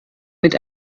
mit